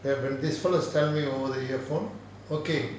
then when this fellow send me over the earphone okay